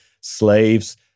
slaves